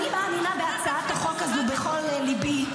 אני מאמינה בהצעת החוק הזאת בכל ליבי,